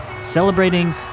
celebrating